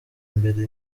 imbere